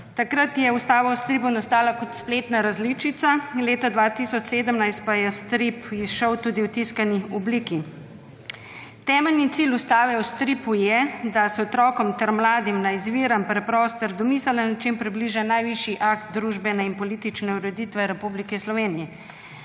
Takrat je Ustava v stripu nastala kot spletna različica, leta 2017 pa je strip izšel tudi v tiskani obliki. Temeljni cilj Ustave v stripu je, da se otrokom ter mladim na izviren, preprost ter domiseln način približa najvišji akt družbene in politične ureditve Republike Slovenije.